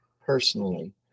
personally